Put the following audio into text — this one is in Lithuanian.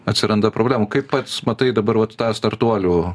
atsiranda problemų kaip pats matai dabar tą startuolių